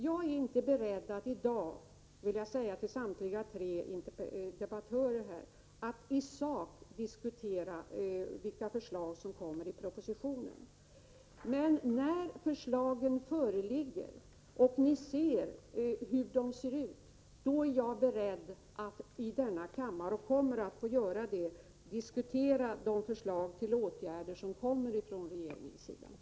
Jag är inte beredd att i dag — det vill jag säga till samtliga tre meddebattörer här — i sak diskutera vilka förslag som kommer i propositionen. Men när förslagen föreligger och ni har tagit del av dem, kommer jag att i denna kammare diskutera de förslag till åtgärder som tegeringen lägger fram.